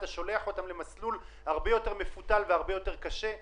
אתה שולח אותם למסלול הרבה יותר מפותל והרבה יותר קשה.